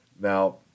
Now